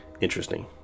interesting